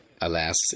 Alas